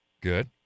Good